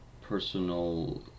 personal